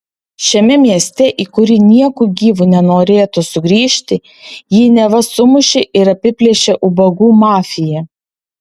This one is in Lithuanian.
šiame mieste į kurį nieku gyvu nenorėtų sugrįžti jį neva sumušė ir apiplėšė ubagų mafija